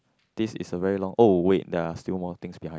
this is a very long oh wait there are still more things behind